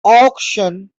auction